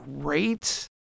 great